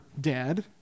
dead